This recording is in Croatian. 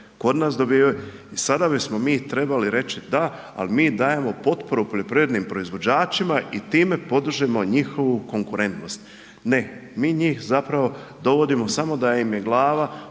kod nas dobivaju i sada bismo mi trebali reći, da, ali mi dajemo potporu poljoprivrednim proizvođačima i time podržimo njihovu konkurentnost. Ne, mi njih zapravo dovodimo samo da im je glava